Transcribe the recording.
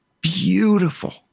beautiful